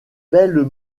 belles